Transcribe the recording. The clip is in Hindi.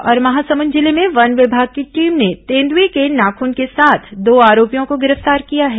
और महासमुंद जिले में वन विभाग की टीम ने तेंदुएं के नाखून के साथ दो आरोपियों को गिरफ्तार किया है